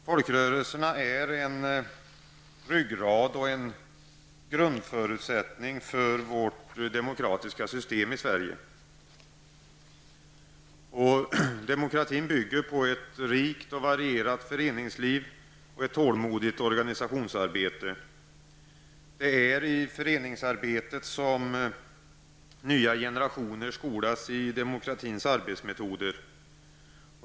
Folkrörelserna är en ryggrad och en grundförutsättning för vårt demokratiska system i Sverige. Demokratin bygger på ett rikt och varierat föreningsliv och ett tålmodigt organisationsarbete. Det är i föreningsarbetet som nya generationer skolas i demokratins arbetsmetoder.